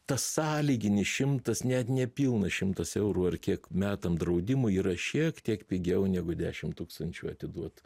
tas sąlyginis šimtas net nepilnas šimtas eurų ar kiek metam draudimui yra šiek tiek pigiau negu dešim tūkstančių atiduot